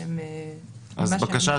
אפשר לפנות גם דרך החמ"ל.